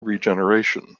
regeneration